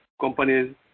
Companies